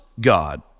God